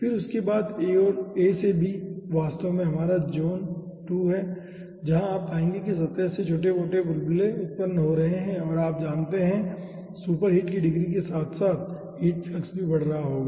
फिर उसके बाद a से b वास्तव में हमारा ज़ोन 2 है जहां आप पाएंगे कि सतह से छोटे बुलबुले उत्पन्न हो रहे हैं और आप जानते हैं कि सुपरहीट की डिग्री के साथ साथ हीट फ्लक्स भी बढ़ रहा होगा